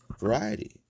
variety